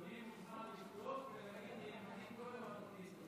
אדוני מוזמן לבדוק, אם אני טועה או אדוני טועה.